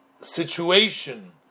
situation